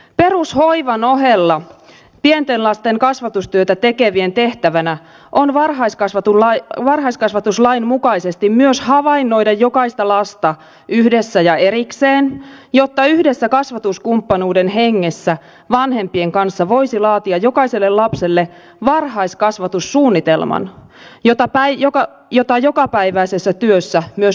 perushoivan ohella pienten lasten kasvatustyötä tekevien tehtävänä on varhaiskasvatuslain mukaisesti myös havainnoida jokaista lasta yhdessä ja erikseen jotta yhdessä kasvatuskumppanuuden hengessä vanhempien kanssa voisi laatia jokaiselle lapselle varhaiskasvatussuunnitelman jota jokapäiväisessä työssä myös noudatetaan